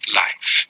life